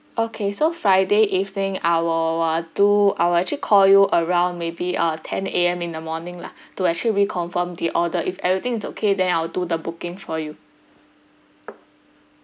okay so friday evening I will uh do I will actually call you around maybe uh ten A_M in the morning lah to actually reconfirm the order if everything is okay then I'll do the booking for you